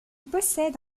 possède